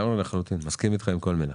מסכים עם כל מילה.